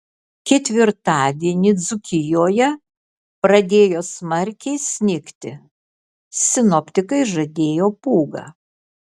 ketvirtadienį dzūkijoje pradėjo smarkiai snigti sinoptikai žadėjo pūgą